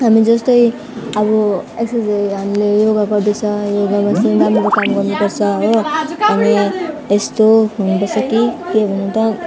हामी जस्तो अब एक्सर्साइज हामीले योगा गर्दैछ योगामा चाहिँ राम्रो काम गर्नु पर्छ हो अनि यस्तो हुँदैछ कि के भन त